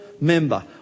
member